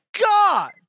god